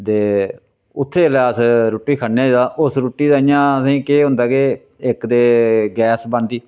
ते उत्थै जेल्लै अस रुट्टी खन्ने आं ओस रुटटी दा इयां असेंगी केह् होंदा के इक ते गैस बनदी